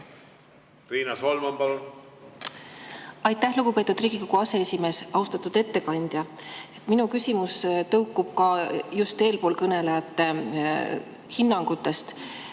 Riina Solman, palun! Aitäh, lugupeetud Riigikogu aseesimees! Austatud ettekandja! Minu küsimus tõukub just eespool kõnelejate hinnangutest.